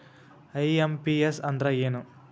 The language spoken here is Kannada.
ಐ.ಎಂ.ಪಿ.ಎಸ್ ಅಂದ್ರ ಏನು?